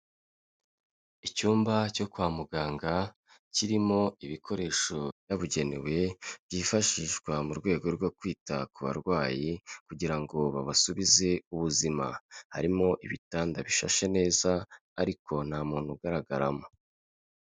Icyumba cyo kwa muganga, kirimo ibikoresho byabugenewe byifashishwa mu rwego rwo kwita ku barwayi kugira ngo babasubize ubuzima, harimo ibitanda bishashe neza ariko nta muntu ugaragaramo.